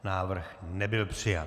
Návrh nebyl přijat.